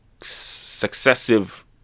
successive